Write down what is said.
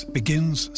begins